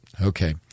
Okay